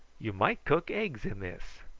you might cook eggs in this.